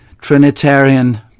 Trinitarian